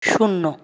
শূন্য